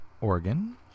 organ